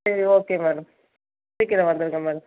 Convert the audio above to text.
சரி okay madam சீக்கிரம் வந்துடுங்க மேடம்